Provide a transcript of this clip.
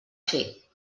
fer